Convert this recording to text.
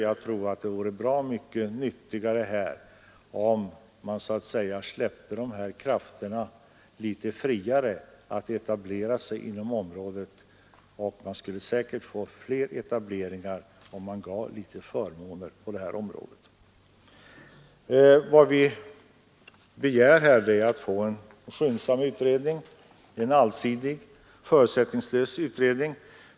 Jag tror att det vore bra mycket nyttigare om man så att säga släppte krafterna litet friare och att man därigenom skulle få fler nyetableringar, om man gav litet förmåner inom detta område. Vad vi begär är en skyndsam, allsidig och förutsättningslös utredning.